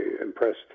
impressed